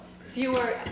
Fewer